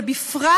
ובפרט